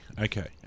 okay